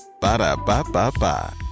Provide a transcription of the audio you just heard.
Ba-da-ba-ba-ba